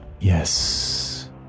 Yes